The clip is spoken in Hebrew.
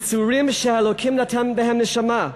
יצורים שהאלוקים נתן בהם נשמה.